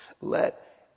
Let